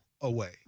away